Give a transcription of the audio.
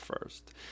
first